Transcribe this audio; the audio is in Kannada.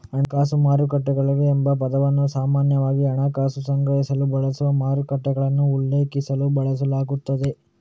ಹಣಕಾಸು ಮಾರುಕಟ್ಟೆಗಳು ಎಂಬ ಪದವನ್ನು ಸಾಮಾನ್ಯವಾಗಿ ಹಣಕಾಸು ಸಂಗ್ರಹಿಸಲು ಬಳಸುವ ಮಾರುಕಟ್ಟೆಗಳನ್ನು ಉಲ್ಲೇಖಿಸಲು ಬಳಸಲಾಗುತ್ತದೆ